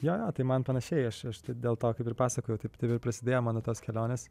jo jo tai man panašiai aš dėl to kaip ir pasakojau taip dabar prasidėjo mano tos kelionės